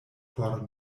por